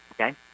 Okay